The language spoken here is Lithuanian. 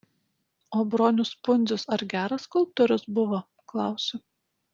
o bronius pundzius ar geras skulptorius buvo klausiu